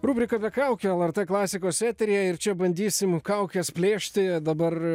rubrika be kaukių lrt klasikos eteryje ir čia bandysim kaukes plėšti dabar